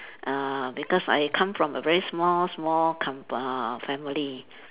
uh because I come from a very small small kamp~ uh family